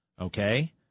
okay